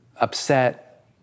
upset